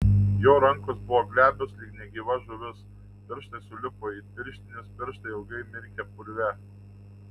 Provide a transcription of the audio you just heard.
jo rankos buvo glebios lyg negyva žuvis pirštai sulipo it pirštinės pirštai ilgai mirkę purve